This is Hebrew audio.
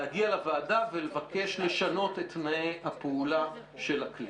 להגיע לוועדה ולבקש לשנות את תנאי הפעולה של הכלי.